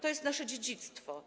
To jest nasze dziedzictwo.